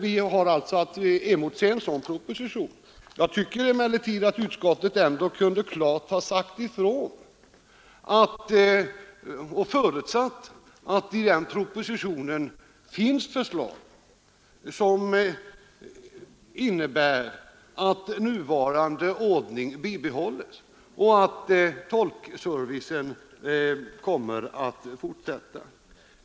Vi har alltså att emotse en sådan proposition. Jag tycker emellertid att utskottet klart borde ha sagt ifrån att det förutsatte att propositionen skulle komma att innehålla förslag innebärande att den nuvarande ordningen bibehålles och att tolkservicen kommer att fortsätta.